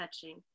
touching